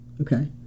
Okay